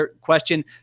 question